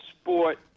sport